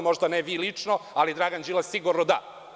Možda ne vi lično, ali Dragan Đilas sigurno da.